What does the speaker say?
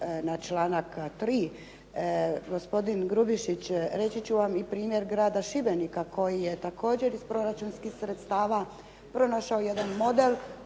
na članak 3., gospodin Grubišić reći ću vam i primjer grada Šibenika koji je također iz proračunskih sredstava pronašao jedan model